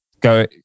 go